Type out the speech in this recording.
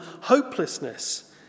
hopelessness